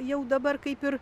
jau dabar kaip ir